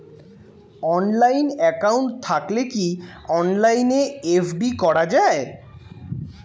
Online account থাকলে কি অনলাইনে এফ.ডি করা যায়?